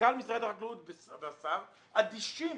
מנכ"ל משרד החקלאות והשר אדישים